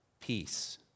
peace